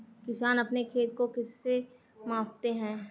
किसान अपने खेत को किससे मापते हैं?